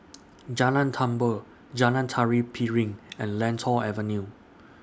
Jalan Tambur Jalan Tari Piring and Lentor Avenue